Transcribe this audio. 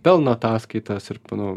pelno ataskaitas ir pana